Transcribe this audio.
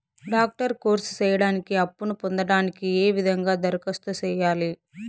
Doctor course సేయడానికి అప్పును పొందడానికి ఏ విధంగా దరఖాస్తు సేయాలి?